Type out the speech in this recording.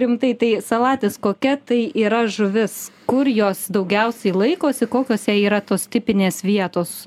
rimtai tai salatis kokia tai yra žuvis kur jos daugiausiai laikosi kokios jai yra tos tipinės vietos